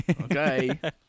Okay